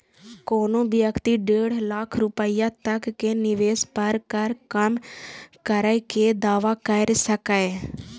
कोनो व्यक्ति डेढ़ लाख रुपैया तक के निवेश पर कर कम करै के दावा कैर सकैए